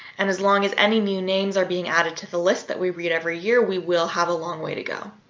and as long as any new names are being added to the list that we read every year we will have a long way to go.